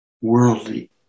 worldly